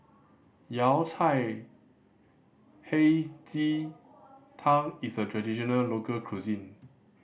Yao Cai Hei Ji Tang is a traditional local cuisine